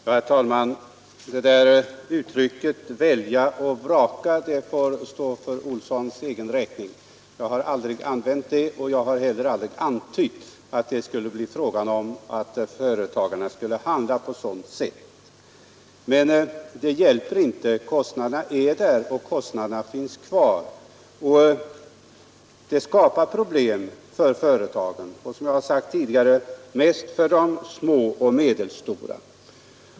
Herr talman! Uttrycket ”välja och vraka” får stå för herr Olssons i Asarum egen räkning. Jag har aldrig använt det, och jag har heller aldrig antytt att företagarna skulle komma att handla på det sättet. Men det hjälper inte — kostnaderna finns kvar och skapar problem för företagen och, som jag har sagt tidigare, mest för de små och medelstora.